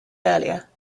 earlier